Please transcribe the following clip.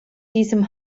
diesem